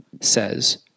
says